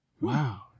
Wow